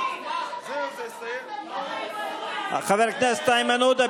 חבר הכנסת איימן עודה,